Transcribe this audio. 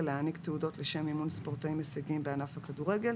להעניק תעודות לשם אימון ספורטאים הישגיים בענף הכדורגל